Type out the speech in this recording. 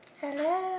Hello